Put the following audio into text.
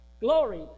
glory